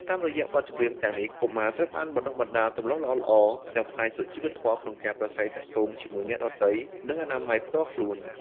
តាមរយៈបទចម្រៀងទាំងនេះ កុមារត្រូវបានបណ្ដុះបណ្ដាលទម្លាប់ល្អៗទាំងផ្នែកសុជីវធម៌ក្នុងការប្រាស្រ័យទាក់ទងជាមួយអ្នកដទៃ និងអនាម័យផ្ទាល់ខ្លួន។